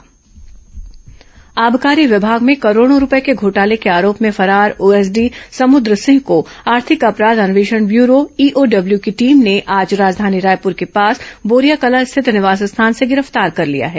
समुद्र सिंह गिरफ्तार आबकारी विमाग में करोड़ों रूपये के घोटाले के आरोप में फरार ओएसडी समुद्र सिंह को आर्थिक अपराध अन्वेषण ब्यूरो ईओडब्ल्यू की टीम ने आज राजधानी रायपुर के पास बोरियाकला स्थित निवास स्थान से गिरफ्तार कर लिया है